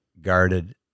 guarded